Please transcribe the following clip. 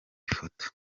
foto